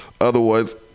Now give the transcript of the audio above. Otherwise